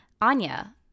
Anya